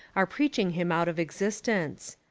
are preaching him out of existence.